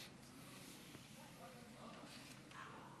אדוני,